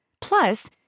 Plus